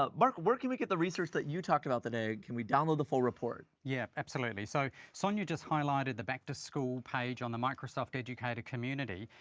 ah mark, where can we get the research that you talked about today? can we download the full report? yeah, absolutely. so sonja highlighted the back to school page on the microsoft educator community.